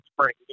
spring